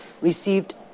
received